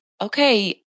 okay